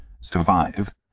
survive